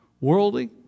worldly